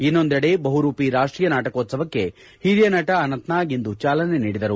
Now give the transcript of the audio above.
ಇನ್ನೊಂದೆಡೆ ಬಹುರೂಪಿ ರಾಷ್ಟೀಯ ನಾಟಕೋತ್ಸವಕ್ಕೆ ಹಿರಿಯ ನಟ ಅನಂತ್ನಾಗ್ ಇಂದು ಚಾಲನೆ ನೀಡಿದರು